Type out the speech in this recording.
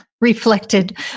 reflected